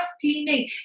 cleaning